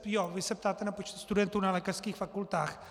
Ano, vy se ptáte na počet studentů na lékařských fakultách.